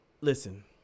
listen